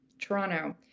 Toronto